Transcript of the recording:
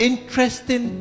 Interesting